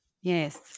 Yes